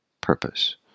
purpose